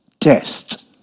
Test